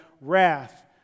wrath